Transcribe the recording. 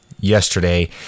yesterday